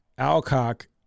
Alcock